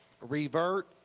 revert